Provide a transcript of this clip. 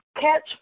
catch